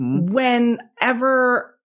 whenever